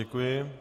Děkuji.